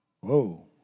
Whoa